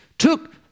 took